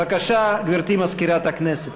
בבקשה, גברתי מזכירת הכנסת.